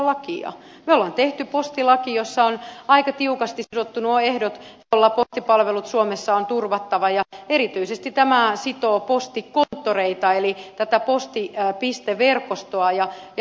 me olemme tehneet postilain jossa on aika tiukasti sidottu nuo ehdot joilla postipalvelut suomessa on turvattava ja erityisesti tämä sitoo postikonttoreita eli tätä postipisteverkostoa